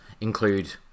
include